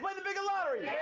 but the bigot lottery?